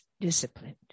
disciplined